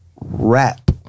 Rap